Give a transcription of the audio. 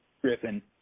Griffin